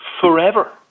forever